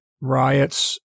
riots